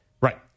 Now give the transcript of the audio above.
Right